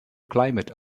climate